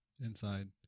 inside